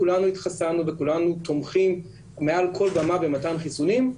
כולנו התחסנו וכולנו תומכים מעל כל במה במתן חיסונים.